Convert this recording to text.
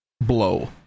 blow